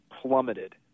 plummeted